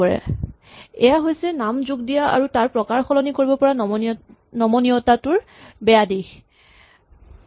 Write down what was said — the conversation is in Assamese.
গতিকে এয়া হৈছে নাম যোগ দিয়া আৰু তাৰ প্ৰকাৰ সলনি কৰিব পৰা নমনীয়তাৰ বেয়া দিশটো